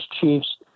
chiefs